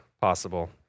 possible